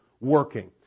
working